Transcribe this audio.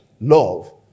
love